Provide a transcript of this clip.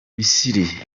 misiri